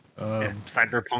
Cyberpunk